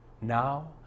Now